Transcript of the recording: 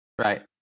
Right